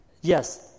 yes